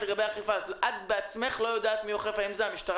כי הם לא יכולים לשלם לספקים